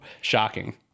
Shocking